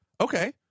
Okay